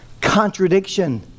contradiction